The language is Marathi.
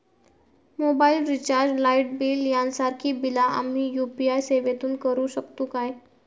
मोबाईल रिचार्ज, लाईट बिल यांसारखी बिला आम्ही यू.पी.आय सेवेतून करू शकतू काय?